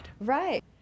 Right